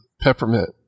Peppermint